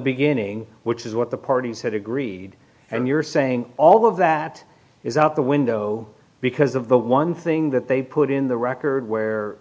beginning which is what the parties had agreed and you're saying all of that is out the window because of the one thing that they put in the record where